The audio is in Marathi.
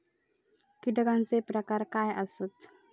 कीटकांचे प्रकार काय आसत?